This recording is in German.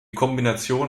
kombination